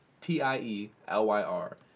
T-I-E-L-Y-R